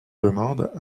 demandent